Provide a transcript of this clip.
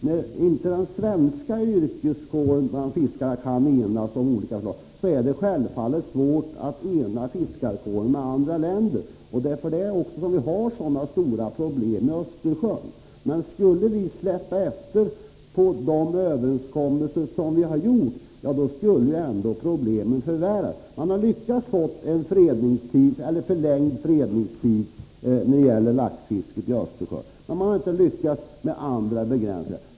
När inte den svenska yrkeskåren av fiskare kan enas om olika saker är det självfallet svårt att ena denna fiskarkår med andra länders fiskare. Det är därför som vi har så stora problem när det gäller Östersjöfisket. Skulle vi släppa efter på de överenskommelser som träffats, skulle problemen förvärras. När det gäller laxfisket i Östersjön har man lyckats få en förlängd fredningssäsong, men när det gäller andra begränsningar har man inte lyckats nå resultat.